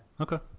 Okay